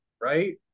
right